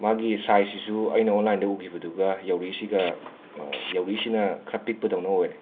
ꯃꯥꯒꯤ ꯁꯥꯏꯖꯁꯤꯁꯨ ꯑꯩꯅ ꯑꯣꯟꯂꯥꯏꯟꯗ ꯎꯒꯤꯕꯗꯨꯒ ꯌꯧꯔꯛꯏꯁꯤꯒ ꯌꯧꯔꯛꯏꯁꯤꯅ ꯈꯔ ꯄꯤꯛꯄꯗꯧꯅ ꯑꯣꯏꯔꯦ